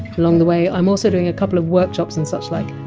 along the way, i! m also doing a couple of workshops and suchlike.